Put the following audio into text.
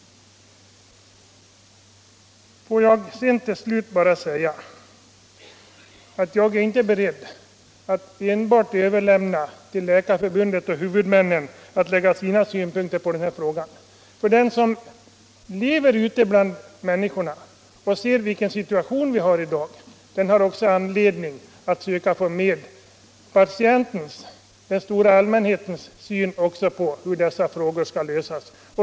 Låt mig till slut säga att jag inte är beredd att överlämna till enbart Läkarförbundet och huvudmännen att lägga sina synpunkter på den här frågan. Den som lever ute bland människorna och ser vilken situation vi har i dag har anledning att söka få med också patienternas, den stora allmänhetens, syn på hur dessa frågor skall lösas.